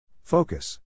Focus